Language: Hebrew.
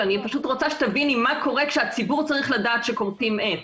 רוצה שתביני מה קורה כשהציבור צריך לדעת שכורתים עץ.